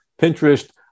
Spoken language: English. Pinterest